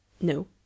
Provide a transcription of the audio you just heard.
No